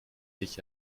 dich